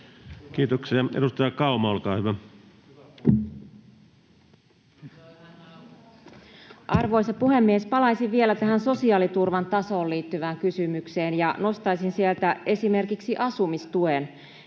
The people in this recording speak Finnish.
Time: 12:28 Content: Arvoisa puhemies! Palaisin vielä sosiaaliturvan tasoon liittyvään kysymykseen ja nostaisin sieltä esimerkiksi asumistuen